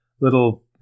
little